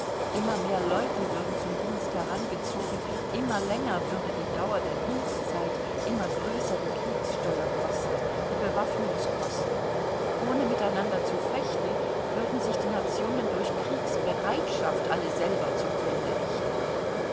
immer mehr leute würden zum dienst herangezogen immer länger würde die dauer der dienstzeit immer größer die kriegssteuerkosten die bewaffnungskosten ohne miteinander zu fechten würden sich die nationen durch kriegsbereitschaft alle selber zu grunde richten